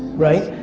right?